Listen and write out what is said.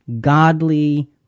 godly